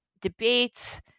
debates